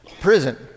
prison